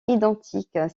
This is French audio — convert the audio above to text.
identiques